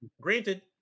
Granted